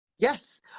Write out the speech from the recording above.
Yes